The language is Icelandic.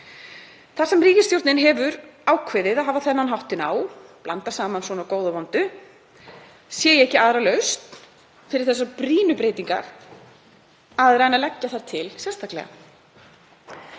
Þar sem ríkisstjórnin hefur ákveðið að hafa þann háttinn á að blanda saman góðu og vondu sé ég ekki aðra lausn fyrir þessar brýnu breytingar en að leggja þær til sérstaklega.